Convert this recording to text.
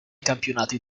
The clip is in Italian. campionati